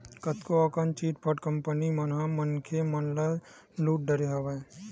कतको अकन chit fund company मन ह मनखे मन ल लुट डरे हवय